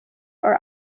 are